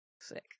Sick